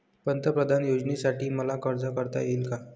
पंतप्रधान योजनेसाठी मला अर्ज करता येईल का?